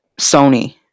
Sony